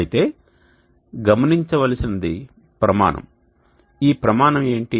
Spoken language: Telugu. అయితే గమనించవలసినది ప్రమాణం ఈ ప్రమాణం ఏమిటి